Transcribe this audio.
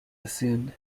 bassoon